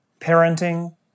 parenting